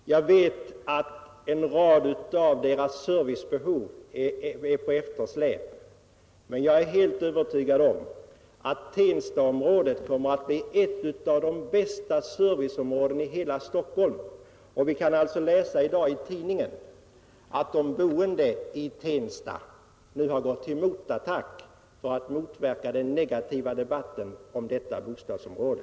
Jag vet att en rad av dess servicebehov släpar efter, men jag är helt övertygad om att Tenstaområdet kommer att bli ett av de bästa serviceområdena i hela Stockholm. Vi kan i dag läsa i tidningen att de boende i Tensta nu gått till motattack för att motverka den negativa debatten om detta bostadsområde.